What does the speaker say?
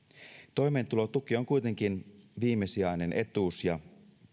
toimeentulotuki on kuitenkin viimesijainen etuus ja